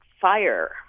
fire